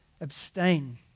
abstain